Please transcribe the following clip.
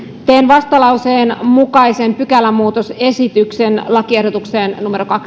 teen vastalauseen mukaisen pykälämuutosesityksen toiseen lakiehdotukseen